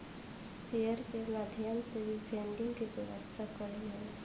share के माध्यम से भी फंडिंग के व्यवस्था कईल जाला